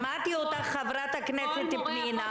שמעתי אותך, חברת הכנסת פנינה.